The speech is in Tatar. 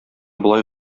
болай